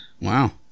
Wow